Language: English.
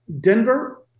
Denver